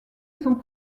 sont